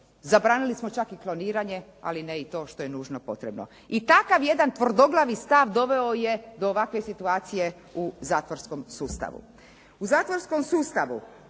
zabranili smo čak i kloniranje, ali i ne to što je nužno potrebno. I takav jedan tvrdoglavi stav doveo je do ovakve situacije u zatvorskom sustavu. U zatvorskom sustavu